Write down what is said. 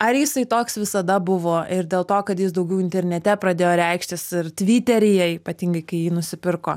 ar jisai toks visada buvo ir dėl to kad jis daugiau internete pradėjo reikštis ir tviteryje ypatingai kai jį nusipirko